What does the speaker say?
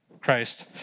Christ